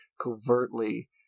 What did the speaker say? covertly